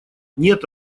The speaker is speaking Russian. нет